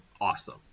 awesome